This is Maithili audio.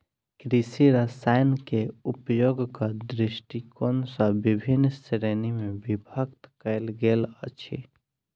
कृषि रसायनकेँ उपयोगक दृष्टिकोण सॅ विभिन्न श्रेणी मे विभक्त कयल गेल अछि